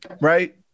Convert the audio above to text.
right